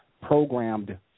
programmed